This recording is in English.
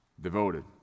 devoted